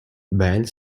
belle